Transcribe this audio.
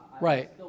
Right